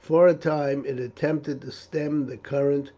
for a time it attempted to stem the current